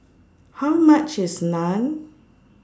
How much IS Naan